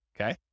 okay